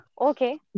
Okay